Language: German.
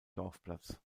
dorfplatz